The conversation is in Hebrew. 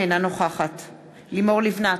אינה נוכחת לימור לבנת,